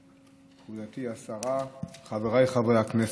גברתי השרה, חבריי חברי הכנסת,